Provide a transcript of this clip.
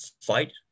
fight